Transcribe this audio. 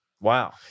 Wow